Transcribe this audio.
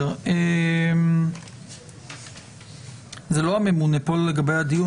או אם אתה רוצה להיות חלק מהדיון,